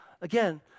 again